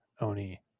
oni